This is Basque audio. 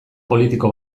politiko